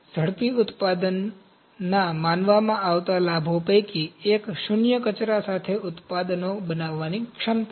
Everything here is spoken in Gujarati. ઝડપી ઉત્પાદનના માનવામાં આવતા લાભો પૈકી એક શૂન્ય કચરા સાથે ઉત્પાદનો બનાવવાની ક્ષમતા છે